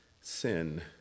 sin